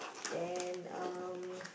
then um